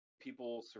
people